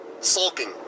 sulking